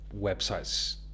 websites